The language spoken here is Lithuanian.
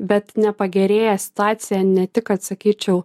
bet nepagerėja situacija ne tik kad sakyčiau